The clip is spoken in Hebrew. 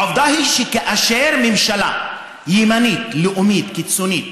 העובדה היא שכאשר ממשלה ימנית לאומית קיצונית